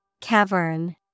Cavern